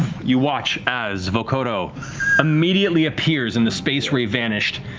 you watch as vokodo immediately appears in the space where he vanished,